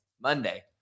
Monday